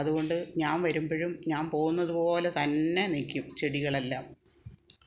അതുകൊണ്ട് ഞാൻ വരുമ്പോഴും ഞാൻ പോകുന്നതുപോലെ തന്നെ നിൽക്കും ചെടികളെല്ലാം